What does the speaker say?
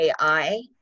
AI